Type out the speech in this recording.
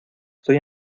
estoy